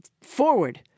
forward